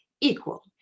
equal